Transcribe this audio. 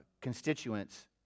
constituents